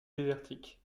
désertique